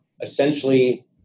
essentially